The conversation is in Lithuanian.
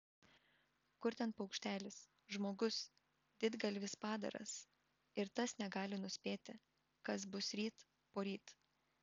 kur ten paukštelis žmogus didgalvis padaras ir tas negali nuspėti kas bus ryt poryt